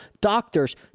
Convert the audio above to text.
doctors